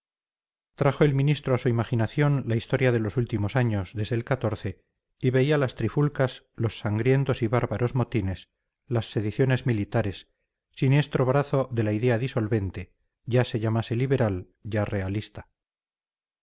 trajo el ministro a su imaginación la historia de los últimos años desde el y veía las trifulcas los sangrientos y bárbaros motines las sediciones militares siniestro brazo de la idea disolvente ya se llamase liberal ya realista